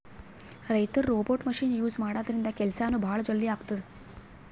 ರೈತರ್ robot machine use ಮಾಡದ್ರಿನ್ದ ಕೆಲ್ಸನೂ ಭಾಳ್ ಜಲ್ದಿ ಆತದ್